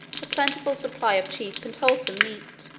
a plentiful supply of cheap and wholesome meat.